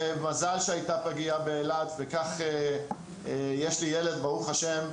ומזל שהיתה פגייה באילת, וכך יש לי ילד, ברוך השם,